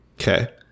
okay